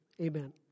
amen